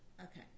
Okay